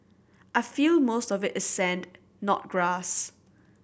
I feel most of it is sand not grass